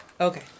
Okay